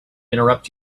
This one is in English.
interrupt